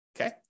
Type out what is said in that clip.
okay